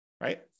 right